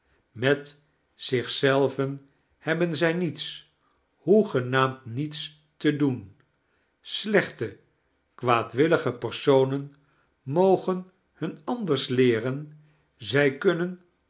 met zich zelven hebben zij niets hoegenaamd niets te doen slechte kwaadwillige personen mogen hun anders leeren zij kunnen